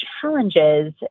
challenges